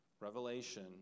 Revelation